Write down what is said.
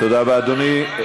תודה רבה, אדוני.